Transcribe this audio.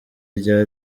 rya